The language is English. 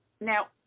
Now